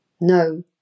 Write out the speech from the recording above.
No